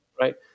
right